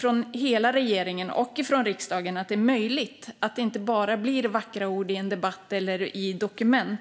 från hela regeringen och från riksdagen en attityd att detta är möjligt. Det får inte bara bli vackra ord i en debatt eller i dokument.